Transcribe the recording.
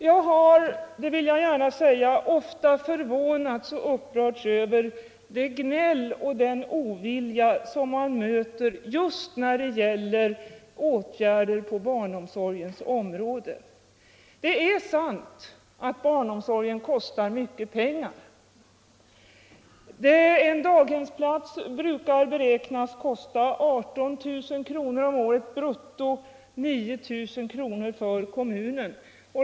Jag har — det vill jag gärna säga — ofta förvånats och upprörts över det gnäll och den ovilja som man möter just när det gäller åtgärder på barnomsorgens område. Det är sant att barnomsorgen kostar mycket pengar. En daghemsplats brukar beräknas kosta 18 000 kr. om året brutto, därav 9 000 kr. för kommunen.